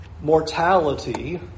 mortality